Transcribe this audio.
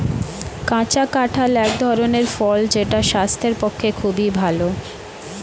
কাঁচা কাঁঠাল এক ধরনের ফল যেটা স্বাস্থ্যের পক্ষে খুবই ভালো